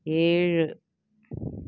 ஏழு